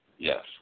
Yes